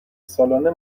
سالانه